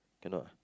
cannot